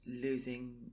losing